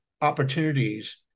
opportunities